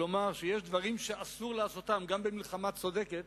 כלומר שיש דברים שאסור לעשותם גם במלחמה צודקת,